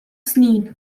snin